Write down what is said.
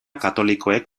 katolikoek